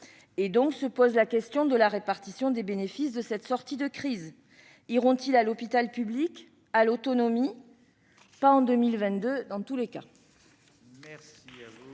Se pose donc la question de la répartition des bénéfices de cette sortie de crise. Iront-ils à l'hôpital public, à l'autonomie ? Ce ne sera- hélas ! -pas le cas